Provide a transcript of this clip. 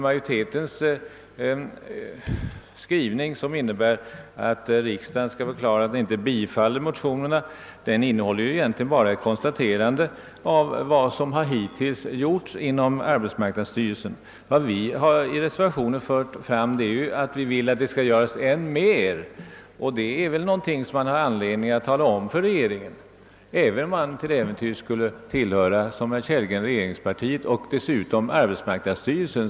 Majoritetens skrivning, som innebär en rekommendation till riksdagen att avslå motionerna, innehåller egentligen bara ett konstaterande av vad som hittills gjorts inom arbetsmarknadsstyrelsen. Vad vi i reservationen framför är ju att vi vill att det behöver göras än mer, och det är väl någonting som man har anledning att tala om för regeringen även om man till äventyrs, såsom herr Kellgren, skulle tillhöra regeringspar tiet och dessutom arbetsmarknadsstyrelsen.